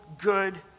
good